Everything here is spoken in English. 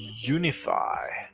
unifi.